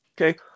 Okay